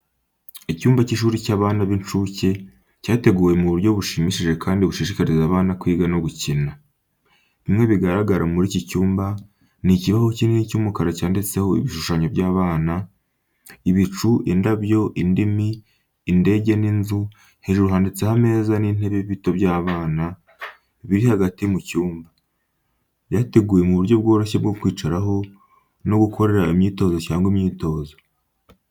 Icyumba cy’ishuri cy’abana b’incuke, cyateguwe mu buryo bushimishije kandi bushishikariza abana kwiga no gukina. Bimwe bigaragara muri iki cyumba ni ikibaho kinini cy’umukara cyanditseho ibishushanyo by’abana, ibicu, indabyo, indimi, indege n’inzu, hejuru handitseho ameza n’intebe bito by’abana, biri hagati mu cyumba, byateguwe mu buryo bworoshye bwo kwicaraho no gukorera imikino cyangwa imyitozo.